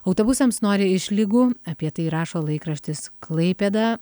autobusams nori išlygų apie tai rašo laikraštis klaipėda